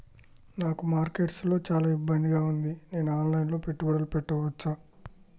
నాకు మార్కెట్స్ లో చాలా ఇబ్బందిగా ఉంది, నేను ఆన్ లైన్ లో పెట్టుబడులు పెట్టవచ్చా?